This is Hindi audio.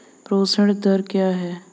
प्रेषण दर क्या है?